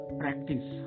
practice